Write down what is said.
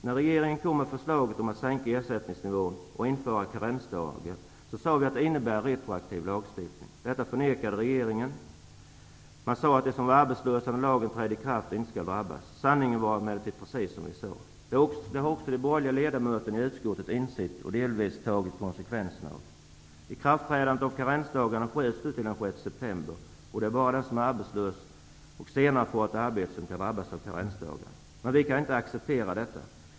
När regeringen kom med förslaget om att sänka ersättningsnivån och införa karensdagar sade vi att det innebär retroaktiv lagstiftning. Detta förnekade regeringen. Man sade att de som var arbetslösa när lagen trädde i kraft inte skulle drabbas. Sanningen var emellertid precis den som vi sade. Det har också de borgerliga ledamöterna i utskottet insett och delvis tagit konsekvenserna av. 6 september, och det är bara den som då är arbetslös och senare får ett arbete som kan drabbas av karensdagar med retroaktiv verkan. Vi kan inte acceptera detta!